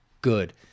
good